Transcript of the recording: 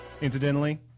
Incidentally